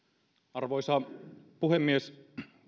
arvoisa puhemies